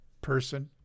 person